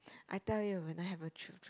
I tell you when I have a children